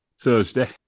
Thursday